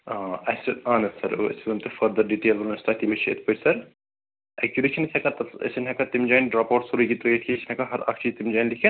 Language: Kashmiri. اَسہِ اَہَن حظ سَر أسۍ وَنہو تۅہہِ فٔردَر ڈِٹیل وَنہو أسۍ تۅہہِ تٔمِس چھِ یِتھٕ پٲٹھۍ سر ایٚکچُولی چھِنہٕ أسۍ ہیٚکان تس أسۍ چھِنہٕ ہیٚکان تِمن جایَن ڈرٛاپ آوُٹ ژھوٚرُے ترٛٲوِتھ کیٚنٛہہ أسۍ چھِ ہیٚکان ہَر اَکھ چِیٖز تِمَن جایَن لیٚکِتھ